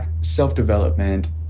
self-development